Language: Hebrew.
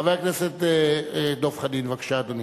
חבר הכנסת דב חנין, בבקשה, אדוני.